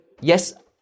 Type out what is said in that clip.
yes